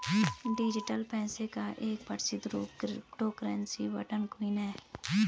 digital पैसे का एक प्रसिद्ध रूप क्रिप्टो करेंसी बिटकॉइन है